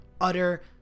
utter